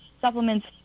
supplements